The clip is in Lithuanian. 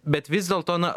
bet vis dėlto na